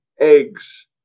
eggs